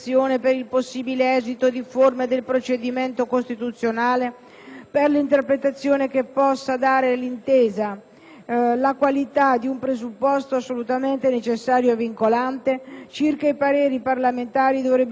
per un'interpretazione che possa dare all'intesa la qualità di un presupposto assolutamente necessario e vincolante. Circa i pareri parlamentari, dovrebbe essere assicurata la simmetria tra quello della Commissione bicamerale